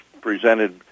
presented